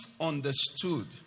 understood